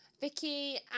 Vicky